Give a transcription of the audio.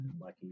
lucky